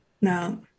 No